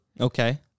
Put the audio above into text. Okay